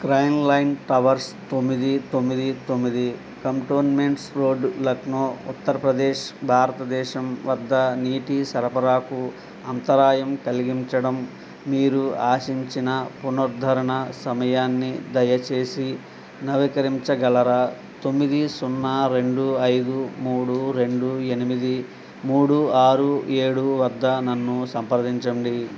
Skyline towers తొమ్మిది తొమ్మిది తొమ్మిది కంటోన్మెంట్స్ రోడ్ లక్నో ఉత్తరప్రదేశ్ భారతదేశం వద్ద నీటి సరఫరాకు అంతరాయం కలిగించడం మీరు ఆశించిన పునరుద్ధరణ సమయాన్ని దయచేసి నవీకరించగలరా తొమ్మిది సున్నా రెండు ఐదు మూడు రెండు ఎనిమిది మూడు ఆరు ఏడు వద్ద నన్ను సంప్రదించండి